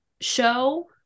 show